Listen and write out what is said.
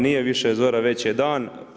Nije više zora, već je dan.